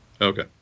Okay